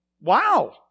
Wow